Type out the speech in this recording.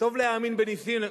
טוב להאמין בנסים.